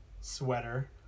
sweater